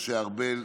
משה ארבל,